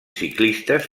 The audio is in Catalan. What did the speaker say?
ciclistes